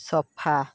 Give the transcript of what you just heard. ସଫା